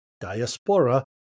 Diaspora